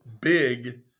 big